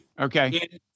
Okay